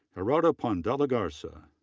gerardo pons de la garza,